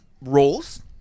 roles